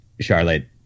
Charlotte